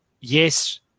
Yes